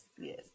yes